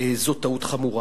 זו פעולה חמורה.